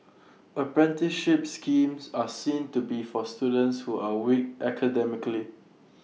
apprenticeship schemes are seen to be for students who are weak academically